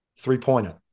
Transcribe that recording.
Three-pointer